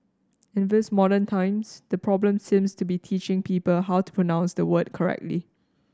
in these modern times the problem seems to be teaching people how to pronounce the word correctly